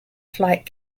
flight